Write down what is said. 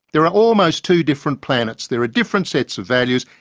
there are almost two different planets. there are different sets of values,